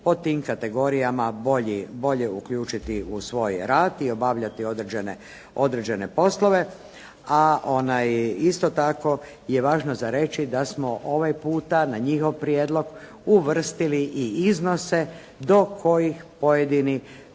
po tim kategorijama bolje uključiti u svoj rad i bolje obavljati određene poslove, a isto tako je važno za reći da smo ovaj puta na njihov prijedlog uvrstili i iznose do kojih pojedini